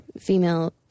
Female